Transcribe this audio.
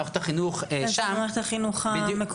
אני מניחה שהם צריכים להשלים